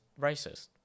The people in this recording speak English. racist